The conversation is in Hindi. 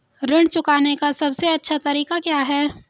ऋण चुकाने का सबसे अच्छा तरीका क्या है?